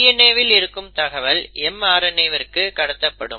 DNA வில் இருக்கும் தகவல் mRNA விற்கு கடத்தப்படும்